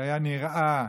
שבהם היה נראה